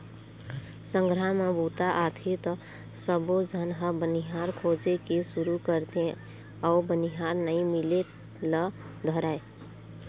संघरा म बूता आथे त सबोझन ह बनिहार खोजे के सुरू करथे अउ बनिहार नइ मिले ल धरय